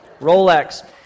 Rolex